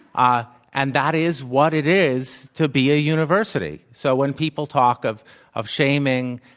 ah and that is what it is to be a university. so when people talk of of shaming,